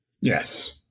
Yes